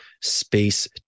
Space